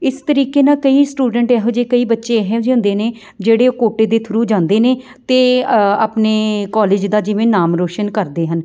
ਇਸ ਤਰੀਕੇ ਨਾਲ ਕਈ ਸਟੂਡੈਂਟ ਇਹੋ ਜਿਹੇ ਕਈ ਬੱਚੇ ਇਹੋ ਜਿਹੇ ਹੁੰਦੇ ਨੇ ਜਿਹੜੇ ਉਹ ਕੋਟੇ ਦੇ ਥਰੂ ਜਾਂਦੇ ਨੇ ਅਤੇ ਆਪਣੇ ਕੋਲੇਜ ਦਾ ਜਿਵੇਂ ਨਾਮ ਰੋਸ਼ਨ ਕਰਦੇ ਹਨ